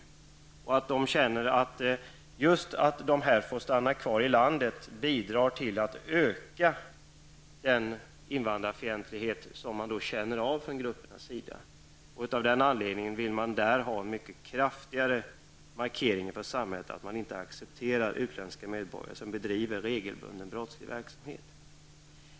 De känner att just det faktum att dessa brottslingar får stanna kvar i landet bidrar till att öka den invandrarfientlighet som de berörda invandrargrupperna möter. Av den anledningen vill de ha en kraftigare markering från samhällets sida att samhället inte accepterar utländska medborgare som bedriver regelbunden brottslig verksamhet.